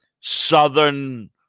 Southern